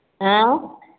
ऐं